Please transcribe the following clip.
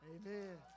Amen